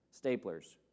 staplers